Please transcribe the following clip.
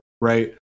Right